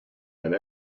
and